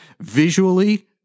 visually